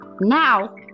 now